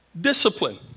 Discipline